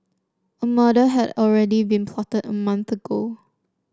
a murder had already been plotted a month ago